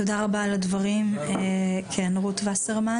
תודה רבה על הדברים, כן, רות וסרמן.